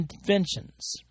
inventions